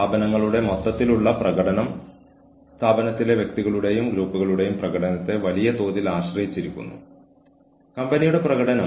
ഫലപ്രദമായ ഓറിയന്റേഷൻ പ്രോഗ്രാമുകൾ പുതിയ ജീവനക്കാരോട് ഓർഗനൈസേഷന്റെ പ്രധാനപ്പെട്ട മൂല്യങ്ങൾ ആശയവിനിമയം നടത്തുന്നു